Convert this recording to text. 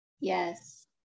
yes